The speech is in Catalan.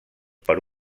per